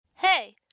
Hey